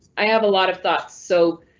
i have a lot of thoughts, so